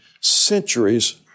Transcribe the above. centuries